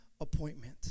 appointment